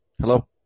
Hello